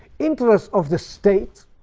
interests of the state,